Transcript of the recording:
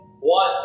one